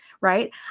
right